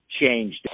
changed